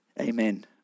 Amen